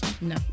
No